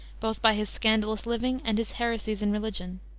both by his scandalous living and his heresies in religion.